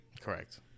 Correct